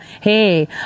hey